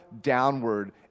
downward